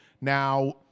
Now